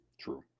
True